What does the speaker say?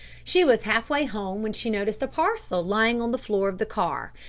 she was half-way home when she noticed a parcel lying on the floor of the car,